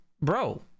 bro